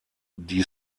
die